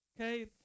Okay